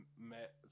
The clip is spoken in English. met